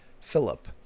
Philip